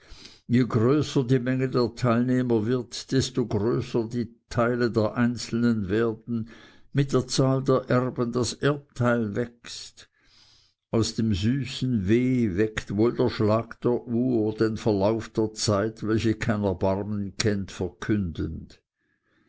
je größer die menge der teilnehmer wird desto größer die teile der einzelnen werden mit der zahl der erben das erbteil wächst aus dem süßen weh weckt wohl der schlag der uhr den verlauf der zeit welche kein erbarmen kennt verkündend